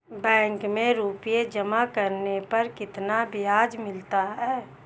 Bank में रुपये जमा करने पर कितना ब्याज मिलता है?